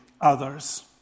others